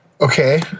Okay